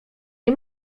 nie